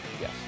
Yes